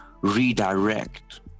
redirect